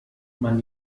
man